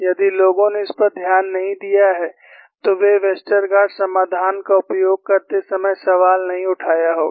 यदि लोगों ने इस पर ध्यान नहीं दिया है तो वे वेस्टरगार्ड समाधान का उपयोग करते समय सवाल नहीं उठाया होगा